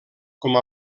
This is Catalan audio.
com